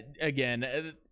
Again